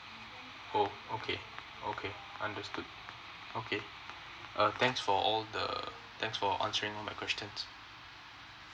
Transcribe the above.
uh okay okay understood okay uh thanks for all the thanks for answering my question